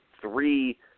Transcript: three